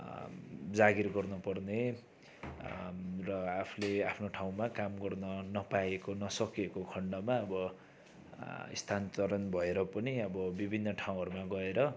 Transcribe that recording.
जागिर गर्नुपर्ने र आफूले आफ्नो ठाउँमा काम गर्न नपाएको नसकेको खन्डमा अब स्थानान्तरण भएर पनि अब विभिन्न ठाउँहरूमा गएर